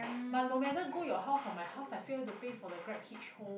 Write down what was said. but no matter go your house or my house I'll still have to pay for the grabhitch home